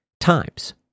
times